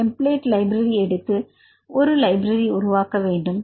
template library எடுத்து ஒரு library உருவாக்க வேண்டும்